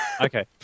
Okay